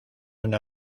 una